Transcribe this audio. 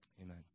Amen